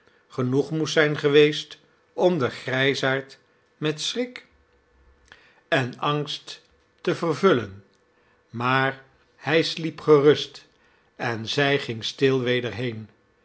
genoeg moest zijn geweest om den grijsaard met schrik en angst te vervullen maar hij sliep gerust en zij ging stil weder heen